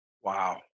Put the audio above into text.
wow